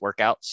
workouts